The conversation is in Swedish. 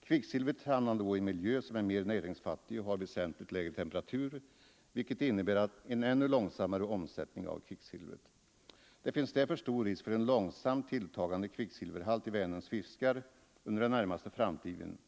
Kvicksilvret hamnar då i en miljö som är mer näringsfattig och har väsentligt lägre temperatur, vilket innebär en ännu långsammare omsättning av kvicksilvret. Det finns därför stor risk för en långsamt tilltagande kvicksilverhalt i Vänerns fiskar under den närmaste framtiden,